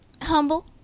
Humble